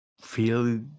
feel